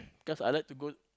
cause I like to go